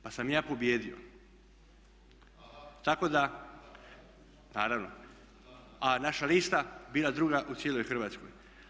Pa sam ja pobijedio, tako da, a naša lista bila druga u cijeloj Hrvatskoj.